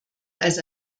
als